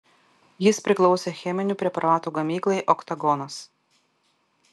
jis priklausė cheminių preparatų gamyklai oktagonas